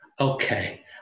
Okay